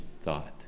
thought